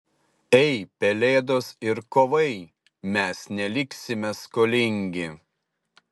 ei pelėdos ir kovai mes neliksime skolingi